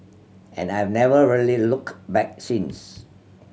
and I've never really looked back since